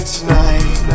Tonight